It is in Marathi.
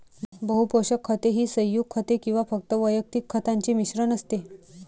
बहु पोषक खते ही संयुग खते किंवा फक्त वैयक्तिक खतांचे मिश्रण असते